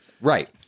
Right